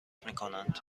میکنند